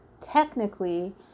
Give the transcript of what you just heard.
technically